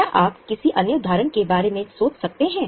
क्या आप किसी अन्य उदाहरण के बारे में सोच सकते हैं